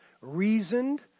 reasoned